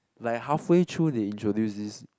like halfway through they introduce this